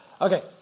Okay